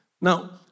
Now